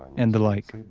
and the like.